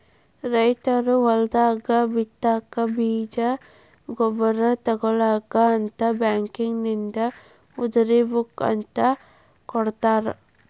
ರೈತರು ಹೊಲದಾಗ ಬಿತ್ತಾಕ ಬೇಜ ಗೊಬ್ಬರ ತುಗೋಳಾಕ ಅಂತ ಬ್ಯಾಂಕಿನಿಂದ ಉದ್ರಿ ಬುಕ್ ಅಂತ ಕೊಡತಾರ